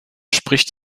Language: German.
spricht